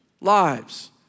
lives